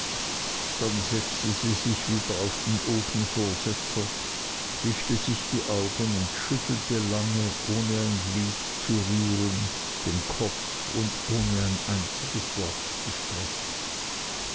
dann setzte sie sich wieder auf den ofenvorsetzer wischte sich die augen und schüttelte lange ohne ein glied zu rühren den kopf und ohne ein einziges wort zu sprechen